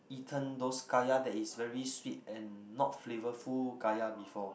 eaten those kaya that is very sweet and not flavourful kaya before